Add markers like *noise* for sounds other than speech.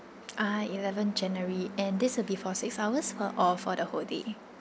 *noise* ah eleven january and this will be for six hours uh or for the whole day